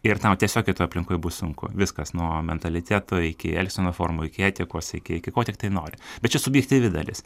ir tau tiesiog kitoj aplinkoj bus sunku viskas nuo mentaliteto iki elgseno formų iki etikos iki iki ko tiktai nori bet čia subjektyvi dalis